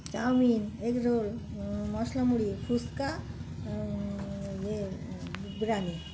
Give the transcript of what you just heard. chowmein egg roll masala muri phuchka ইয়ে বিরিয়ানি